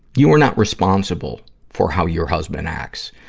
you are not responsible for how your husband acts.